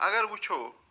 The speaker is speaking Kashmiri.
اگر وٕچھو